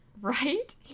Right